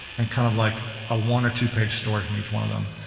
and kind of like a one or two page story from each one of them,